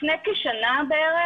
לפני כשנה בערך,